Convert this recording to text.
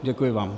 Děkuji vám.